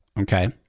okay